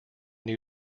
new